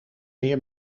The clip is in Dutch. meer